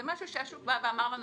זה משהו שהשוק בא ואמר לנו,